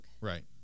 Right